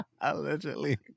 Allegedly